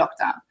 lockdown